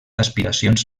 aspiracions